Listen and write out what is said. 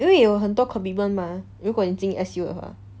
因为有很多 commitment mah 如果你进 S_U 的话